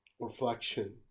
reflection